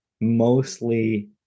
mostly